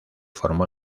formó